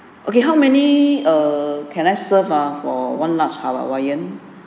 okay how many err can I serve ah for one large hawaiian